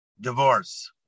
Divorce